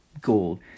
gold